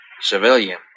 Civilian